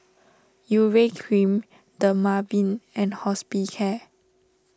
Urea Cream Dermaveen and Hospicare